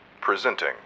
presenting